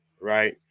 right